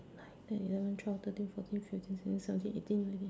nine ten eleven twelve thirteen fourteen fifteen sixteen seventeen eighteen nineteen